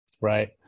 right